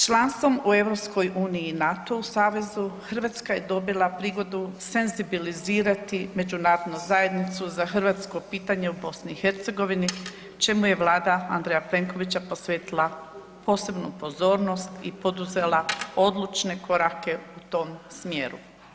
Članstvom u EU i NATO savezu Hrvatska je dobila prigodu senzibilizirati Međunarodnu zajednicu za hrvatsko pitanje u BiH čemu je Vlada Andreja Plenkovića posvetila posebnu pozornost i poduzela odlučne korake u tom smjeru.